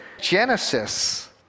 Genesis